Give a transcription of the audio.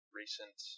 recent